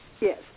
Yes